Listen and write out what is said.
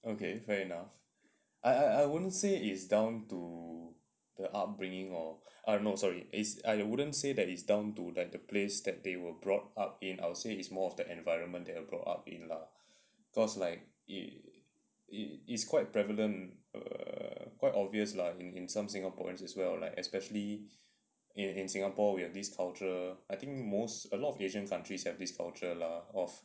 okay fair enough I I wouldn't say it's down to the upbringing err no sorry it's I wouldn't say that it's down to that the place that they were brought up in I would say it's more of the environment they're brought up in lah cause like it it is quite prevalent quite obvious lah in in some singaporeans as well like especially in singapore where this culture I think most a lot of asian countries have this culture lah of